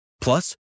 Plus